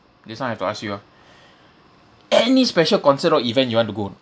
this [one] I've to ask you ah any special concert or event you want to go or not